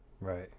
right